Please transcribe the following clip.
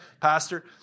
pastor